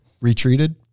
Retreated